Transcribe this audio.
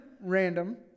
random